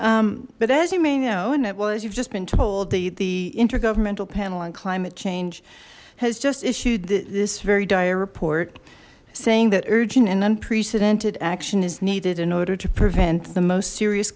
but as you may know and that was you've just been told the the intergovernmental panel on climate change has just issued that this very dire report saying that urgent and unprecedented action is needed in order to prevent the most serious